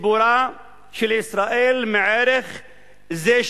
מצבורה של ישראל מערך זה,